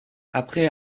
après